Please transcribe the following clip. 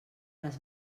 les